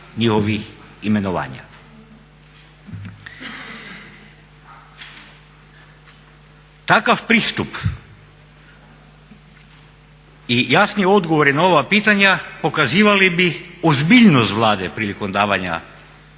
Takav pristup i jasniji odgovori na ova pitanja pokazivali bi ozbiljnost Vlade prilikom davanja prijedloga